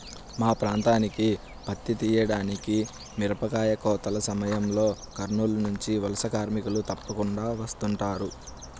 మా ప్రాంతానికి పత్తి తీయడానికి, మిరపకాయ కోతల సమయంలో కర్నూలు నుంచి వలస కార్మికులు తప్పకుండా వస్తుంటారు